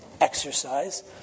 exercise